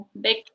big